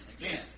again